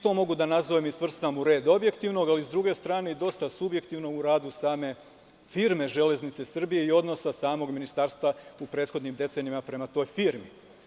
To mogu da nazovem i svrstan u red objektivnog, ali s druge strane i dosta subjektivno u radu same firme „Železnice Srbije“ i odnosa samog ministarstva u prethodnim decenijama prema toj firmi.